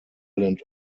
island